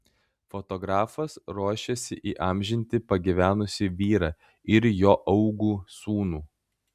fotografas ruošiasi įamžinti pagyvenusį vyrą ir jo augų sūnų